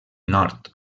nord